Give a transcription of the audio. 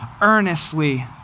earnestly